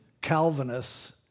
Calvinists